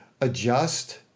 adjust